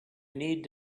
need